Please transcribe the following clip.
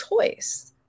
choice